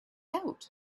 out